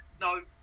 no